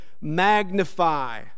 magnify